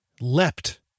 leapt